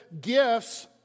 gifts